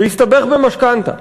והסתבך במשכנתה,